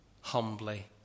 humbly